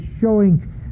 showing